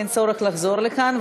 אין צורך לחזור לכאן.